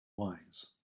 wise